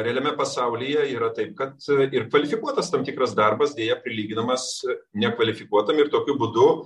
realiame pasaulyje yra taip kad ir kvalifikuotas tam tikras darbas deja prilyginamas nekvalifikuotam ir tokiu būdu